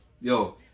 Yo